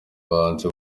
bahanzi